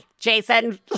Jason